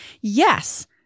Yes